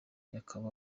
bakaba